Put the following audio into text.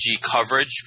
coverage